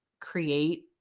create